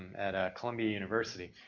at columbia university.